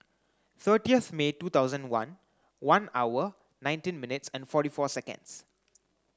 thirtieth May two thousand one one hour nineteen minutes and forty four seconds